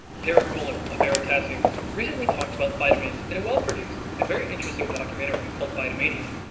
derek muller of veritasium recently talked about vitamins in a well produced and very interesting documentary called vitamania.